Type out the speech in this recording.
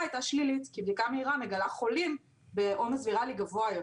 הייתה שלילית כי בדיקה מהירה מגלה חולים בעומס ויראלי גבוה יותר.